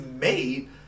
made